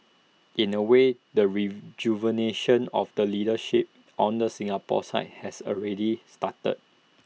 in A way the rejuvenation of leadership on the Singapore side has already started